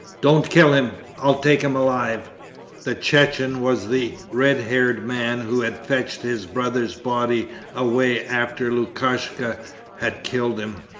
don't kill him. i'll take him alive the chechen was the red-haired man who had fetched his brother's body away after lukashka had killed him.